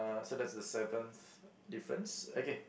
so that's the seventh difference okay